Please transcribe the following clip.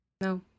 No